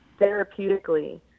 therapeutically